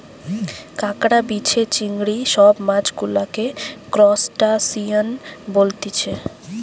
কাঁকড়া, বিছে, চিংড়ি সব মাছ গুলাকে ত্রুসটাসিয়ান বলতিছে